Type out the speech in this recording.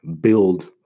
build –